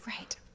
Right